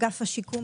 אגף השיקום,